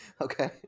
Okay